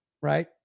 right